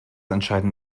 entscheiden